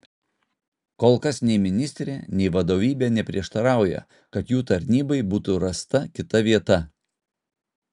kol kas nei ministrė nei vadovybė neprieštarauja kad jų tarnybai būtų rasta kita vieta